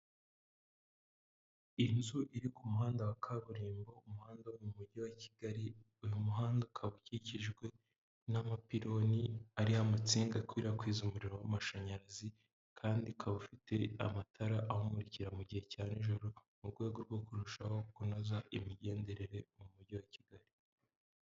Inzu iri ku muhanda wa kaburimbo umuhanda wo mu mujyi wa kigali uyu muhanda ukaba ukikijwe n'amapiloni ariho amatsinga akwirakwiza umuriro w'amashanyarazi kandi ukaba ufite amatara awumurikira mu gihe cya nijoro mu rwego rwo kurushaho kunoza imigenderere mu mujyi wa Kigali.